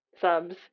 subs